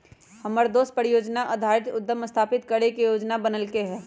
हमर दोस परिजोजना आधारित उद्यम स्थापित करे के जोजना बनलकै ह